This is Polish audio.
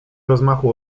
rozmachu